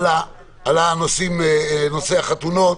עלה נושא החתונות,